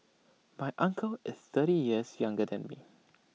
my uncle is thirty years younger than me